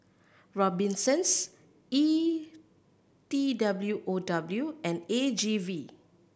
Robinsons E T W O W and A G V